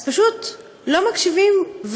אז פשוט לא מקשיבים,